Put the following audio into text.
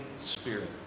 spirit